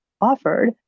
offered